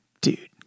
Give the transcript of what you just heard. Dude